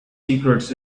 secrets